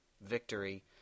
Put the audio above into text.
victory